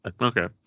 okay